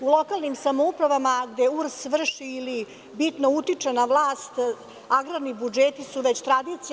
U lokalnim samoupravama, gde URS vrši ili bitno utiče na vlast, agrarni budžeti su već tradicija.